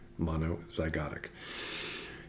Monozygotic